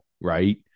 right